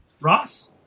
Ross